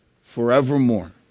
forevermore